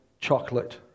chocolate